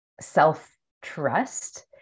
self-trust